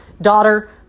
Daughter